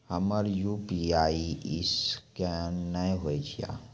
हमर UPI scan नेय हो या?